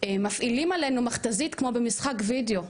מפעילים עלינו מכת"זית כמו במשחק וידאו.